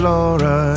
Laura